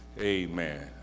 Amen